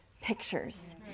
pictures